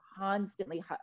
constantly